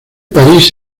parís